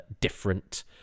different